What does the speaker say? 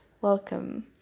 welcome